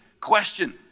question